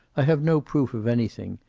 i have no proof of anything.